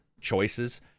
choices